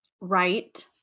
Right